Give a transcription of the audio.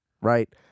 right